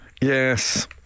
Yes